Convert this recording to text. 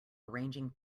arranging